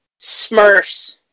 Smurfs